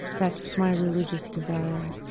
that's my religious desire